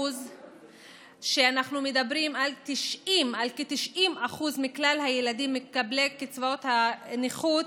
אנחנו מדברים על כ-90% מכלל הילדים מקבלי קצבאות הנכות,